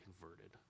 converted